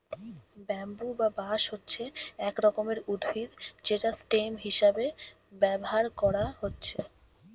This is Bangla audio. ব্যাম্বু বা বাঁশ হচ্ছে এক রকমের উদ্ভিদ যেটা স্টেম হিসাবে ব্যাভার কোরা হচ্ছে